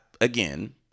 again